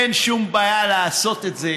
אין שום בעיה לעשות את זה.